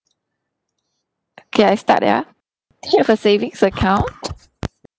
okay I start ya okay for savings account